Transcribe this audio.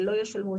לא ישלמו,